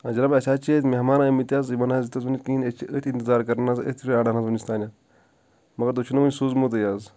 جناب اسہِ حظ چھِ ییٚتہِ مہمان ٲمٕتۍ حظ یِمن حظ دیُت نہٕ کہیٖنۍ اسۍ چھِ أتھۍ اِنتظار کران حظ أتھۍ پراران ووٚنِس تانیٚتھ مگر تۄہہ چھو نہِ وُنہِ سوزمُتٕے حظ